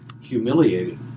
humiliated